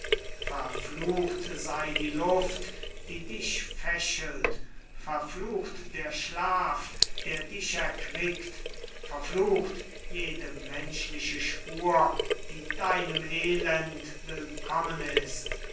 verflucht sei die luft die dich fächelt verflucht der schlaf der dich erquickt verflucht jede menschliche spur die deinem elend willkommen ist